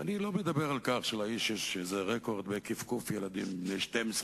ואני לא מדבר על כך שלאיש יש איזה רקורד ב"כפכוף" ילדים בני 12,